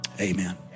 amen